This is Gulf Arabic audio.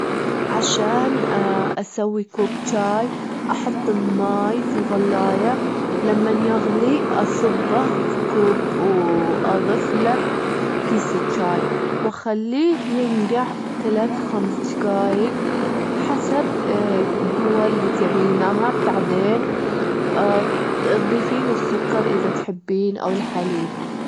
عشان أسوي كوب تشاي، أحط الماي في الغلاية، لمان يغلي أصبه في كوب، وأضيف له كيس التشاي، وأخليه ينجع تلات خمس دجايج حسب الجوة اللي تبينها، بعدين ضيفين السكر إذا تحبين أو الحليب.